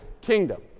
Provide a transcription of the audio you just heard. kingdom